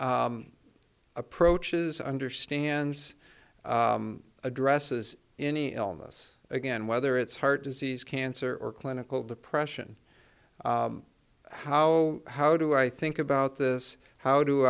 one approaches understands addresses any illness again whether it's heart disease cancer or clinical depression how how do i think about this how do